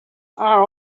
are